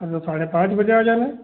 हं तो साढ़े पाँच बजे आ जाना